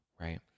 right